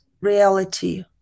reality